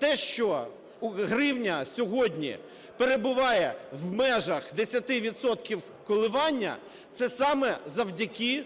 те, що гривня сьогодні перебуває в межах 10 відсотків коливання, це саме завдяки